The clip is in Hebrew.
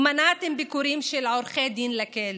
ומנעתם ביקורים של עורכי דין בכלא.